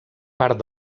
part